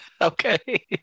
Okay